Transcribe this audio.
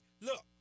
look